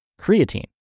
creatine